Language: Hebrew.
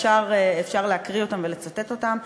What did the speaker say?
אפשר להקריא אותם ולצטט אותם,